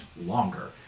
longer